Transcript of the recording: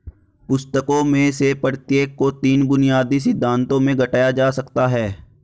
पुस्तकों में से प्रत्येक को तीन बुनियादी सिद्धांतों में घटाया जा सकता है